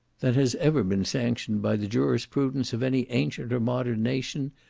than has ever been sanctioned by the jurisprudence of any ancient or modern nation,